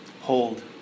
hold